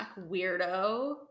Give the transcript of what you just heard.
weirdo